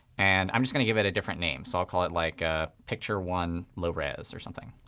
and i'm going to give it a different name. so i'll call it like ah picture one low res or something.